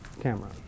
camera